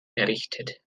errichtet